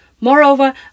Moreover